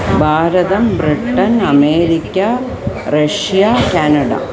भारतम् Britain America Russia Canada